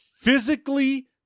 physically